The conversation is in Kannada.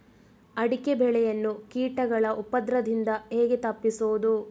ಅಡಿಕೆ ಬೆಳೆಯನ್ನು ಕೀಟಗಳ ಉಪದ್ರದಿಂದ ಹೇಗೆ ತಪ್ಪಿಸೋದು?